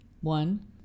One